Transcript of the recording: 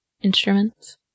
instruments